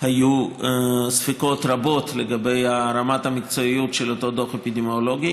היו ספקות רבים לגבי רמת המקצועיות של אותו דוח אפידמיולוגי.